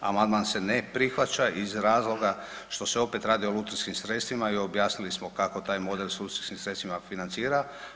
Amandman se ne prihvaća iz razloga što se opet radi o lutrijskim sredstvima i objasnili smo kako taj model s lutrijskim sredstvima financira.